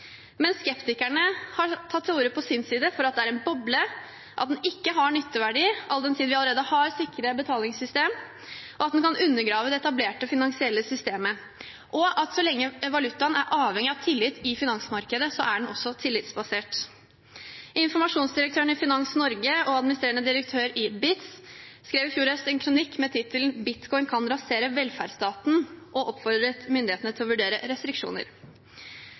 Men skeptikerne har på sin side tatt til orde for at det er en boble, at den ikke har nytteverdi all den tid vi allerede har sikre betalingssystem, at den kan undergrave det etablerte finansielle systemet, og at så lenge valutaen er avhengig av tillit i finansmarkedet, er den også tillitsbasert. Informasjonsdirektøren i Finans Norge og administrerende direktør i Bits skrev i fjor høst en kronikk med tittelen «Bitcoin kan rasere velferdsstaten» og oppfordret myndighetene til å vurdere restriksjoner.